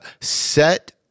set